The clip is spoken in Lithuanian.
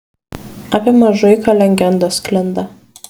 apie mažuiką legendos sklinda